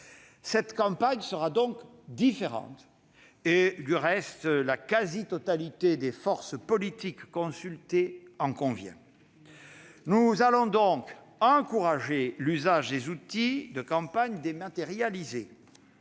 Cette campagne sera donc différente ; du reste, la quasi-totalité des forces politiques consultées en convient. Ainsi, nous encouragerons l'usage des outils de campagne dématérialisés.